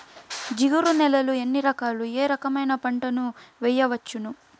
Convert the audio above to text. జిగురు నేలలు ఎన్ని రకాలు ఏ రకమైన పంటలు వేయవచ్చును?